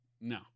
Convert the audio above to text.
No